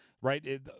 right